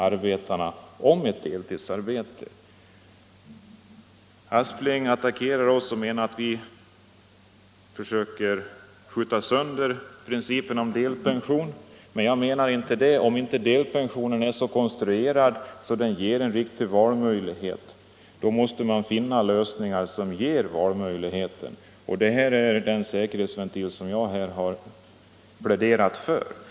Herr Aspling attackerar oss och menar att vi försöker skjuta sönder principen om delpension. Men jag menar inte det. Om inte delpensionen är så konstruerad att den ger en riktig valmöjlighet, måste man finna lösningar som ger valmöjlighet, och detta är den säkerhetsventil som jag har pläderat för.